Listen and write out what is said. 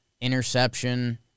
interception